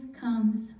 comes